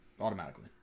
Automatically